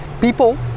People